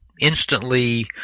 instantly